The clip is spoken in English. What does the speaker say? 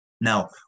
Now